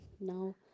Now